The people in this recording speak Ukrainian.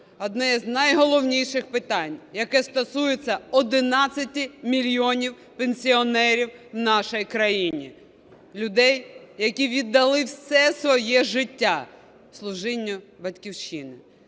одне з найголовніших питань, яке стосується 11 мільйонів пенсіонерів нашої країни - людей, які віддали все своє життя служінню Батьківщині,